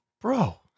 Bro